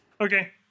Okay